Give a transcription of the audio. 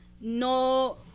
No